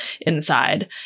inside